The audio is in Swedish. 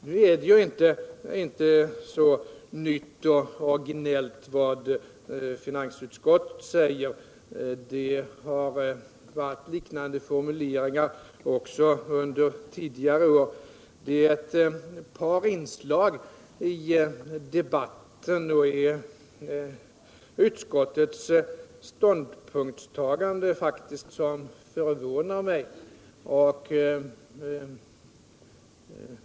Nu är ju vad finansutskottet säger inte så nytt och originellt; det har varit liknande formuleringar också under tidigare år. Det är ett par inslag i debatten och i utskottets ståndpunktstagande som faktiskt förvånar mig.